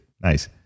Nice